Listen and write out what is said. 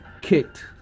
kicked